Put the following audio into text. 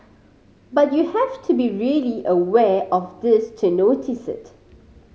but you have to be really aware of this to notice it